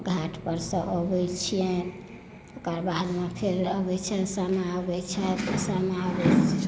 घाट पर सँ अबै छियनि ओकर बाद फेर अबै छथि सामा अबै छथि